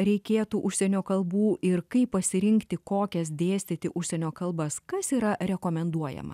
reikėtų užsienio kalbų ir kaip pasirinkti kokias dėstyti užsienio kalbas kas yra rekomenduojama